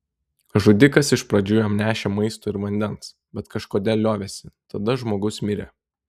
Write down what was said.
žudikas iš pradžių jam nešė maisto ir vandens bet kažkodėl liovėsi tada žmogus mirė